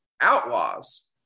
outlaws